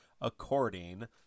according